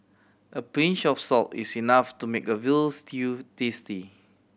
a pinch of salt is enough to make a veal stew tasty